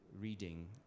reading